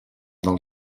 del